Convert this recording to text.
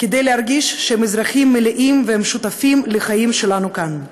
כדי להרגיש שהם אזרחים מלאים והם שותפים לחיים שלנו כאן.